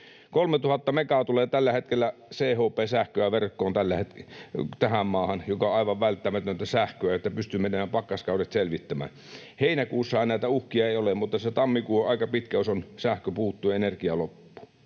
3 000 megaa tulee tällä hetkellä verkkoon tähän maahan CHP-sähköä, joka on aivan välttämätöntä sähköä, että pystymme nämä pakkaskaudet selvittämään. Heinäkuussahan näitä uhkia ei ole, mutta se tammikuu on aika pitkä, jos sähkö puuttuu ja energia loppuu.